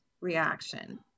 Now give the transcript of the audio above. reaction